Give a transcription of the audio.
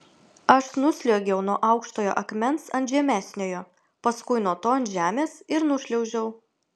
aš nusliuogiau nuo aukštojo akmens ant žemesniojo paskui nuo to ant žemės ir nušliaužiau